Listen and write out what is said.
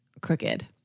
crooked